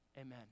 Amen